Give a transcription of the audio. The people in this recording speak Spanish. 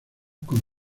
con